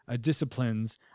disciplines